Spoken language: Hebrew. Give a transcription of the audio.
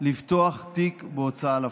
לפתוח תיק בהוצאה לפועל.